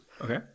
Okay